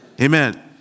Amen